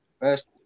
first